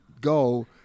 go